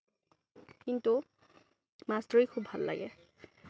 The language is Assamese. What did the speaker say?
কিন্তু মাছ ধৰি খুব ভাল লাগে